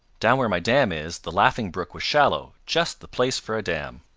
down where my dam is, the laughing brook was shallow just the place for a dam.